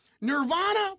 Nirvana